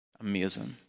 amazing